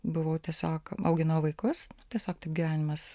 buvau tiesiog auginau vaikus tiesiog taip gyvenimas